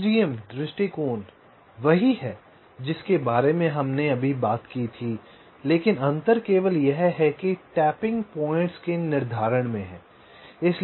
RGM दृष्टिकोण वही है जिसके बारे में हमने अभी बात की थी लेकिन अंतर केवल यह है कि टैपिंग पॉइंट्स के निर्धारण में है